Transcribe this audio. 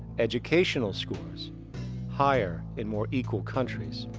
educational scores higher in more equal countries.